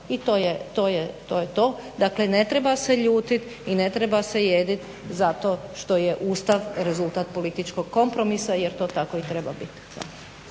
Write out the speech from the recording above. i to je to. Dakle ne treba se ljutiti i ne treba se jedit zato što je Ustav političkog kompromisa jer to tako treba i biti.